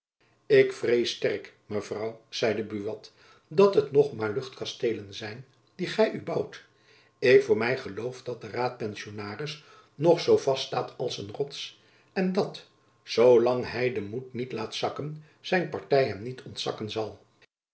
ik vrees sterk mevrouw zeide buat dat het nog maar luchtkasteelen zijn die gy u bouwt ik voor my geloof dat de raadpensionaris nog zoo vast staat als een rots en dat zoo lang hy den moed niet laat zakken zijn party hem niet ontzakken zal